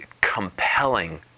compelling